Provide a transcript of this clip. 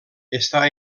està